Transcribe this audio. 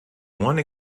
one